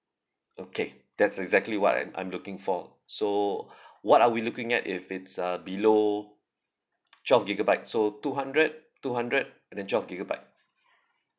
okay that's exactly what I'm I'm looking for so what are we looking at if it's uh below twelve gigabyte so two hundred two hundred and then twelve gigabyte